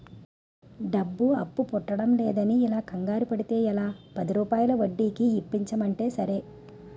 డబ్బు అప్పు పుట్టడంలేదని ఇలా కంగారు పడితే ఎలా, పదిరూపాయల వడ్డీకి ఇప్పించమంటే సరే